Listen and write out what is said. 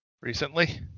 Recently